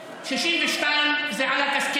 אזרחים שיש להם הכול מורמים משאר הקבוצות,